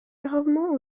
gravement